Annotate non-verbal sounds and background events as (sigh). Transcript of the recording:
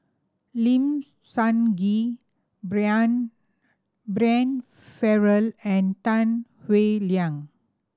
Lim Sun Gee (unintelligible) Brian Farrell and Tan Howe Liang